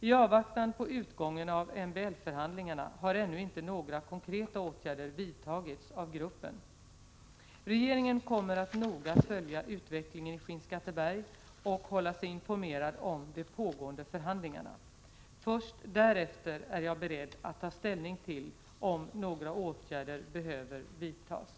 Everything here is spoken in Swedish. I avvaktan på utgången av MBL-förhandlingarna har ännu inte några konkreta åtgärder vidtagits av gruppen. Regeringen kommer att noga följa utvecklingen i Skinnskatteberg och hålla sig informerad om de pågående förhandlingarna. Först därefter är jag beredd att ta ställning till om några åtgärder behöver vidtas.